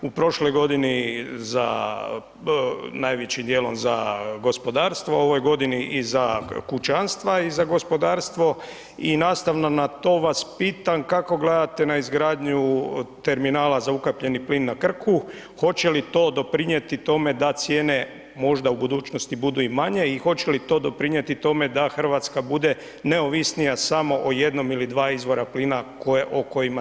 U prošloj godini za, najvećim dijelom za gospodarstvo u ovoj godini i za kućanstva i za gospodarstvo i nastavno na to vas pitam kako gledate na izgradnju terminala za ukapljeni plin na Krku, hoće li to doprinijeti tome da cijene možda u budućnosti budu i manje i hoće li to doprinijeti tome da Hrvatska bude neovisnija samo o jednom ili dva izvora plina o kojima danas ovisimo?